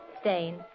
Stain